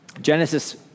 Genesis